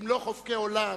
אם לא חובקי עולם,